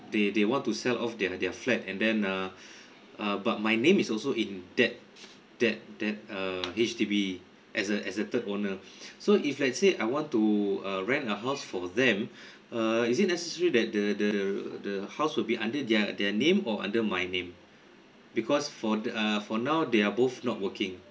they they want to sell off their their flat and then uh uh but my name is also in that that that uh H_D_B as a as a third owner so if let's say I want to uh rent a house for them err is it necessary that the the the house will be under their their name or under my name because for th~ uh for now they are both not working